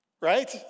right